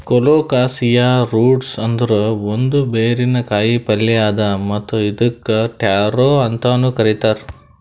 colocasia roots ಅಂದುರ್ ಒಂದ್ ಬೇರಿನ ಕಾಯಿಪಲ್ಯ್ ಅದಾ ಮತ್ತ್ ಇದುಕ್ ಟ್ಯಾರೋ ಅಂತನು ಕರಿತಾರ್